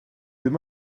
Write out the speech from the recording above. ddim